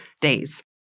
days